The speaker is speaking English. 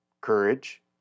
courage